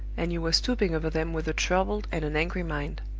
and you were stooping over them with a troubled and an angry mind.